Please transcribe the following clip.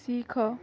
ଶିଖ